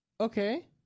Okay